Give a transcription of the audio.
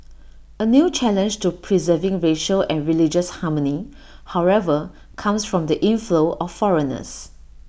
A new challenge to preserving racial and religious harmony however comes from the inflow of foreigners